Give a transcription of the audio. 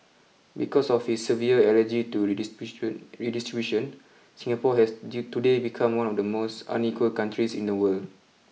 because of his severe allergy to redistribution redistribution Singapore has today become one of the most unequal countries in the world